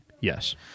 Yes